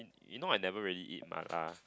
you know I never really eat mala